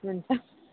हुन्छ